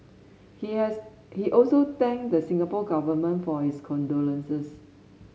he has he also thanked the Singapore Government for his condolences